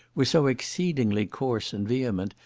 were so exceedingly coarse and vehement,